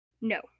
No